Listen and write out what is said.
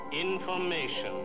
information